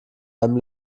einem